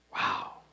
Wow